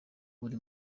uri